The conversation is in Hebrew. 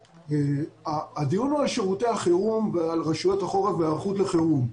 הדיון על שירותי החירום והיערכות לחירום.